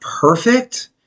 perfect